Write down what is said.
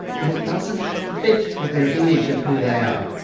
but it doesn't fit with their image of who they are.